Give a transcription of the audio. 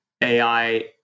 AI